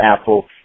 Apple